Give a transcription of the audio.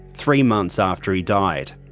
three months after he died.